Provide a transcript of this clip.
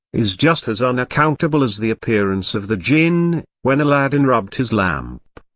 is just as unaccountable as the appearance of the djin, when aladdin rubbed his lamp.